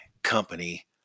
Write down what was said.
company